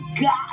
God